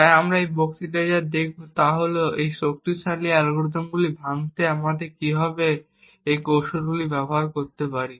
তাই আমরা এই বক্তৃতায় যা দেখব তা হল এই অত্যন্ত শক্তিশালী অ্যালগরিদমগুলি ভাঙতে আমরা কীভাবে কয়েকটি কৌশল ব্যবহার করতে পারি